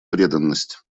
преданность